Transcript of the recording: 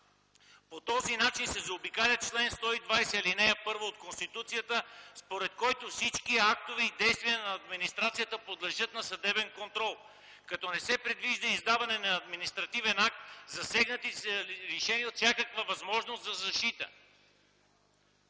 По този начин се заобикаля чл. 120, ал. 1 от Конституцията, според който всички актове и действия на администрацията подлежат на съдебен контрол, като не се предвижда издаване на административен акт, засегнати са и са лишени от всякаква възможност за защита.